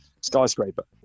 skyscraper